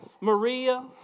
Maria